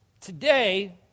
Today